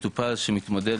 מטופל שמתמודד,